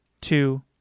two